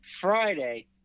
Friday